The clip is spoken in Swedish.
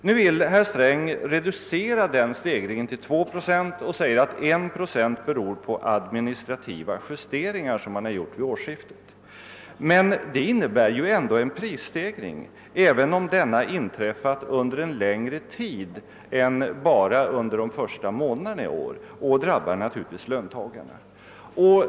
Nu vill herr Sträng reducera den stegringen till 2 procent genom att säga att 1 procent beror på administrativa justeringar som man har gjort vid årsskiftet. Men det innebär ju ändå en prisstegring, även om denna inträffat under en längre tid än bara under de första månaderna i år, och den drabbar naturligtvis löntagarna.